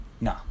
No